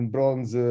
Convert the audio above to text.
Bronze